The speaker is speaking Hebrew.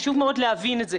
חשוב מאוד להבין את זה.